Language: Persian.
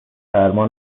سرما